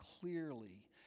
clearly